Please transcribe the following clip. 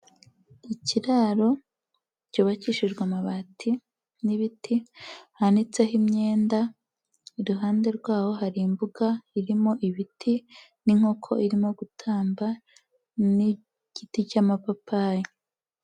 Ikiraro cyubakishijwe amabati n'ibiti, hanitseho imyenda, iruhande rwaho hari imbuga irimo ibiti n'inkoko irimo gutamba n'igiti cy'amapapayi.